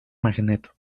magneto